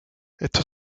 esto